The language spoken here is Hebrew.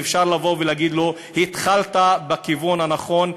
ואפשר לבוא ולהגיד לו: התחלת בכיוון הנכון,